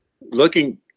looking